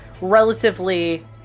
relatively